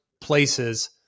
places